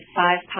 five